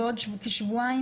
בעוד כשבועיים